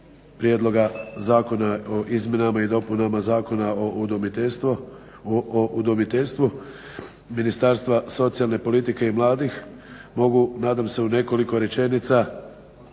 prijedloga Zakona o izmjenama i dopunama Zakona o udomiteljstvu Ministarstva socijalne politike i mladih. Mogu nadam se u nekoliko rečenica